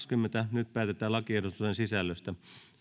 nyt päätetään lakiehdotusten sisällöstä